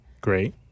Great